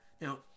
Now